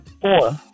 Four